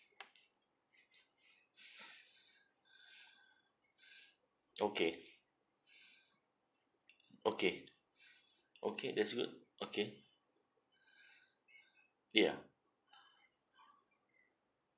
okay okay okay that's good okay ya